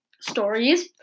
stories